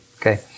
okay